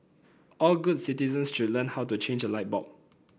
all good citizens should learn how to change a light bulb